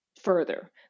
further